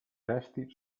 resti